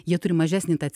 jie turi mažesnį tą